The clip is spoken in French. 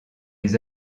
les